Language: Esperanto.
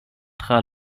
tra